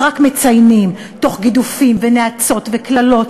ורק מציינים תוך גידופים ונאצות וקללות